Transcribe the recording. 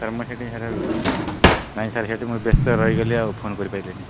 sir ମୁଁ ସେଇଠି ହେରା ନାଇଁ ସାର୍ ହେଠି ମୁଁ ବ୍ୟସ୍ତ ରହିଗଲି ଆଉ ଫୋନ୍ କରିପାରିଲିନି